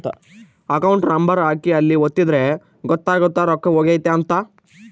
account number ಹಾಕಿ ಅಲ್ಲಿ ಒತ್ತಿದ್ರೆ ಗೊತ್ತಾಗುತ್ತ ರೊಕ್ಕ ಹೊಗೈತ ಅಂತ